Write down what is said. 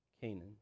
Canaan